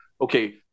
okay